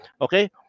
Okay